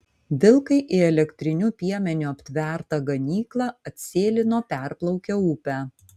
vilkai į elektriniu piemeniu aptvertą ganyklą atsėlino perplaukę upę